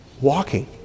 walking